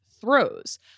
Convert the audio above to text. throws